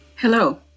Hello